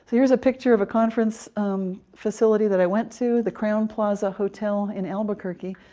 here's a picture of a conference facility that i went to the crowne plaza hotel in albuquerque.